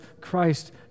Christ